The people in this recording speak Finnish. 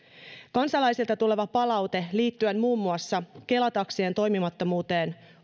kansalaisilta tulee palautetta liittyen muun muassa kela taksien kohtuuttomasta toimimattomuuteen